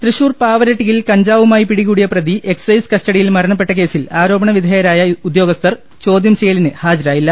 തൃശൂർ പാവറട്ടിയിൽ കഞ്ചാവുമായി പിടികൂടിയ പ്രതി എക്സൈസ് കസ്റ്റഡിയിൽ മർണപ്പെട്ട കേസിൽ ആരോപണവിധേയരായ ഉദ്യോഗസ്ഥർ ചോദ്യം ചെയ്യലിന് ഹാജരായില്ല